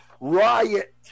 riot